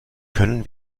können